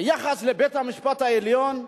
היחס לבית-המשפט העליון.